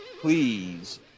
please